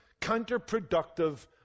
counterproductive